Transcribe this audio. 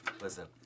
Listen